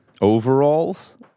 Overalls